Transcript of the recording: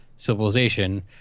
Civilization